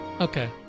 Okay